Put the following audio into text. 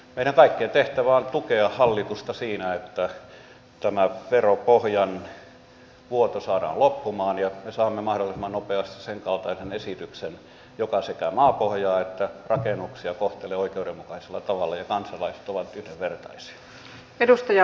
meidän kaikkien tehtävä on tukea hallitusta siinä että tämä veropohjan vuoto saadaan loppumaan ja me saamme mahdollisimman nopeasti sen kaltaisen esityksen joka sekä maapohjaa että rakennuksia kohtelee oikeudenmukaisella tavalla ja kansalaiset ovat yhdenvertaisia